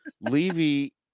Levy